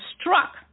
struck